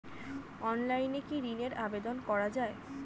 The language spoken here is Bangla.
অনলাইনে কি ঋনের আবেদন করা যায়?